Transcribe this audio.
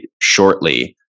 shortly